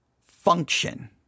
function